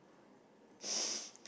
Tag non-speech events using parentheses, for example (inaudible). (breath)